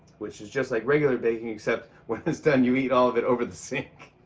which is just like regular baking, except, when it's done, you eat all of it over the sink.